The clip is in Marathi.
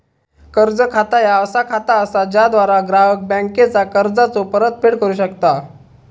कर्ज खाता ह्या असा खाता असा ज्याद्वारा ग्राहक बँकेचा कर्जाचो परतफेड करू शकता